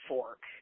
Fork